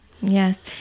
Yes